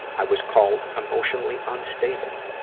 i was called emotionally unstable.